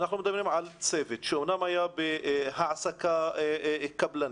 אנחנו מדברים על צוות שאמנם היה בהעסקה קבלנית,